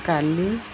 କାଲି